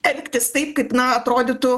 elgtis taip kaip na atrodytų